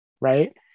Right